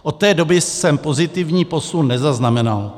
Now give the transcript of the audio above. Od té doby jsem pozitivní posun nezaznamenal.